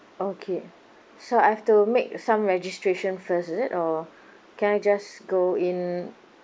okay so I have to make some registration first is it or can I just go in